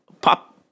pop